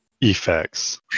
effects